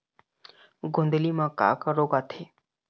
गोंदली म का का रोग आथे?